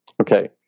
Okay